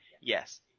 Yes